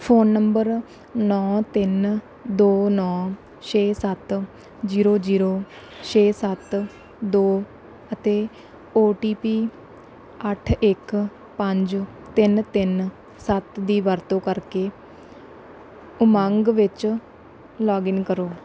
phone number ਨੌ ਤਿੰਨ ਦੋ ਨੌ ਛੇ ਸੱਤ ਜ਼ੀਰੋ ਜ਼ੀਰੋ ਛੇ ਸੱਤ ਦੋ ਅਤੇ ਓ ਟੀ ਪੀ ਅੱਠ ਇੱਕ ਪੰਜ ਤਿੰਨ ਤਿੰਨ ਸੱਤ ਦੀ ਵਰਤੋਂ ਕਰਕੇ ਉਮੰਗ ਵਿੱਚ ਲੌਗਇਨ ਕਰੋ